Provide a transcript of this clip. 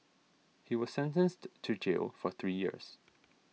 he was sentenced to jail for three years